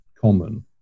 common